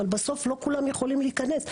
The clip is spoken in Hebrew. אבל בסוף לא כולם יכולים להיכנס.